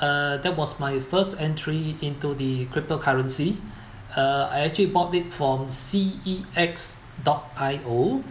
uh that was my first entry into the cryptocurrency uh I actually bought it from C E X dot I O